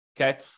Okay